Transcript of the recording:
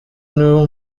niwe